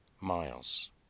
miles